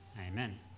Amen